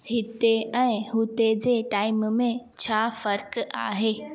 हिते ऐं हुते जे टाइम में छा फ़रक आहे